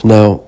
Now